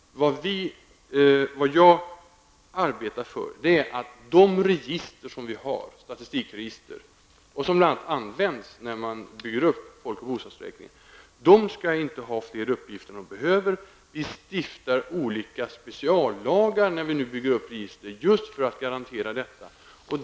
Det jag arbetar för är att de register som vi har, dvs. statistikregister, och som bl.a. används när man bygger upp folk och bostadsräkningsregistret, inte skall ha fler uppgifter än vad som behövs. När dessa register nu byggs upp stiftas olika speciallagar just för att garantera detta.